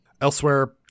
Elsewhere